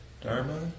Dharma